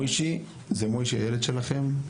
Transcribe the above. מויישי זה מויישי הילד שלכם,